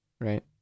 right